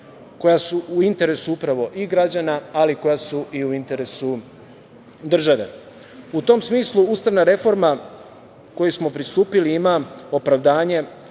koja su u interesu upravo i građana, ali i koja su u interesu države.U tom smislu, ustavna reforma kojoj smo pristupili ima opravdanje